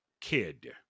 kid